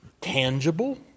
tangible